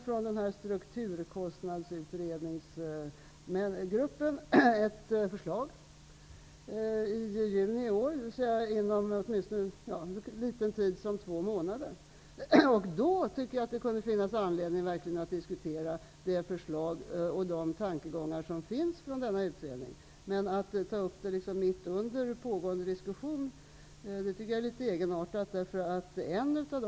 Från Strukturkostnadsutredningsgruppen kommer vi i juni i år att få ett förslag. Det rör sig om en tidsperiod om cirka två månader. Därefter tycker jag att det kunde finnas anledning att diskutera de förslag och tankegångar som framläggs i denna utredning, men att mitt under pågående diskussion ta upp denna problematik är litet egenartat.